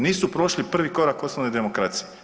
Nisu prošli prvi korak osnovne demokracije.